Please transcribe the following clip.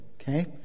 Okay